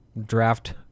draft